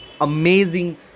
amazing